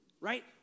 right